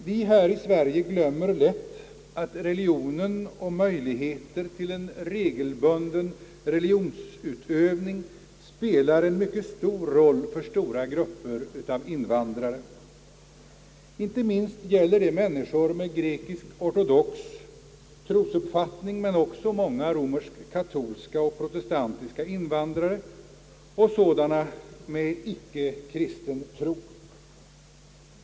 Vi här i Sverige glömmer lätt att religionen och möjligheten till en regelbunden religionsutövning spelar en mycket stor roll för betydande grupper av invandrare — inte minst gäller det människor med grekisk-ortodox trosuppfattning men också många romerskkatolska och protestantiska invandrare samt sådana med icke kristen tro.